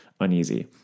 uneasy